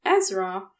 Ezra